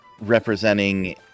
representing